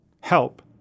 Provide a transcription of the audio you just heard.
help